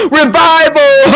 revival